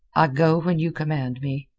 i go when you command me.